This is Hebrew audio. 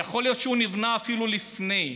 יכול להיות שהוא נבנה אפילו לפני,